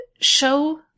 show